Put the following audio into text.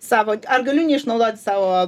savo ar galiu neišnaudoti savo